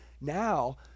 Now